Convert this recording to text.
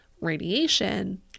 radiation